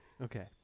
Okay